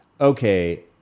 Okay